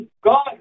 God